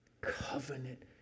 covenant